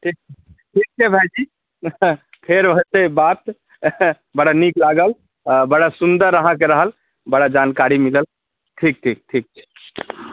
ठीक छै ठीक छै भाईजी फेर हेतै बात बड़ा नीक लागल बड़ा सुन्दर अहाँकेँ रहल बड़ा जानकारी मिलल ठीक ठीक ठीक